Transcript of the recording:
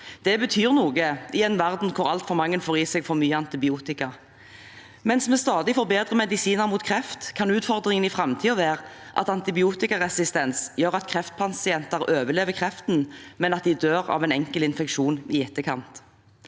Det betyr noe i en verden hvor altfor mange får i seg for mye antibiotika. Mens vi får stadig bedre medisiner mot kreft, kan utfordringen i framtiden være at antibiotikaresistens vil gjøre at kreftpasienter overlever kreften, men at de dør av en enkel infeksjon i etterkant.